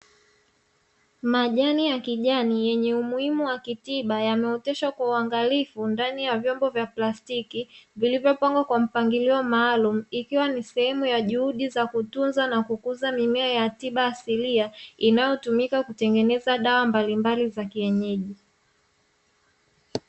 Majani ya kijani yenye umuhimu wa kitiba, yameoteshwa kwa uangalifu ndani ya vyombo vya plastiki, vilivyopangwa kwa mpangilio maalumu ikiwa ni sehemu ya juhudi za kutunza na kukuza mimea ya tiba asilia, inayotumika kutengeneza dawa mbalimbali za kienyeji.